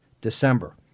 December